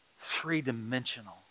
three-dimensional